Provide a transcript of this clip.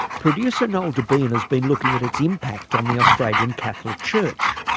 producer, noel debien, has been looking at its impact on the australian catholic church.